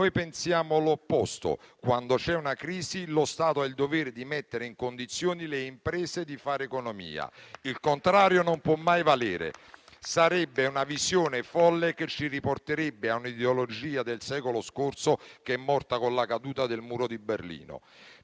Noi pensiamo l'opposto. Quando c'è una crisi, lo Stato ha il dovere di mettere in condizioni le imprese di fare economia. Il contrario non può mai valere. Sarebbe una visione folle, che ci riporterebbe a un'ideologia del secolo scorso che è morta con la caduta del Muro di Berlino.